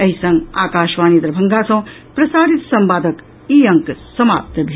एहि संग आकाशवाणी दरभंगा सँ प्रसारित संवादक ई अंक समाप्त भेल